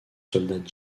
soldats